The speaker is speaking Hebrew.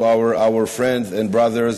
you are our friends and brothers,